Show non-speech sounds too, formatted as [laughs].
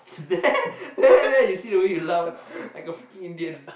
there [laughs] there there there you see the way you laugh like a freaking Indian